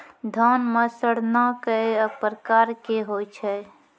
धान म सड़ना कै प्रकार के होय छै?